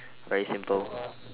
very simple